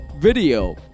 video